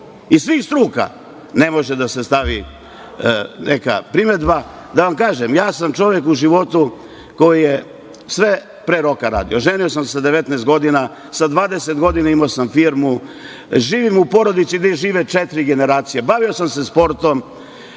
iz svih struka, ne može da se sastavi neka primedba. Da vam kažem, ja sam čovek u životu koji je sve pre roka radio. Oženio sam se sa 19 godina, sa 20 godina imao sam firmu, živim u porodici gde žive četiri generacije, bavio sam se sportom